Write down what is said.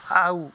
ଆଉ